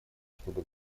чтобы